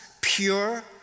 pure